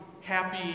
happy